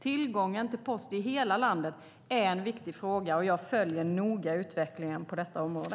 Tillgången till post i hela landet är en viktig fråga, och jag följer noga utvecklingen på detta område.